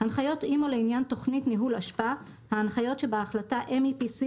"הנחיות אימ"ו לעניין יישום הנספח" - ההנחיות שבהחלטה MEPC